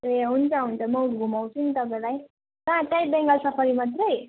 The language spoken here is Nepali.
ए हुन्छ हुन्छ म घुमाउँछु नि तपाईँलाई कहाँ त्यही बेङ्गाल सफारी मात्रै